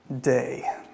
day